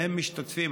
והם משתתפים.